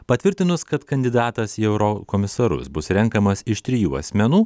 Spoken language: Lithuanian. patvirtinus kad kandidatas į eurokomisarus bus renkamas iš trijų asmenų